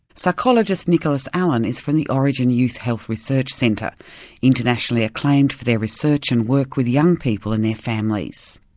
psychologist nicholas allen is from the orygen youth health research centre internationally acclaimed for their research and work with young people and their families.